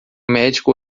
médico